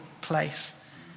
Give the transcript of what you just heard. place